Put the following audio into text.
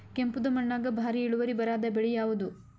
ಕೆಂಪುದ ಮಣ್ಣಾಗ ಭಾರಿ ಇಳುವರಿ ಬರಾದ ಬೆಳಿ ಯಾವುದು?